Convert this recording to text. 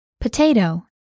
Potato